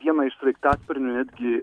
vieną iš sraigtasparnių netgi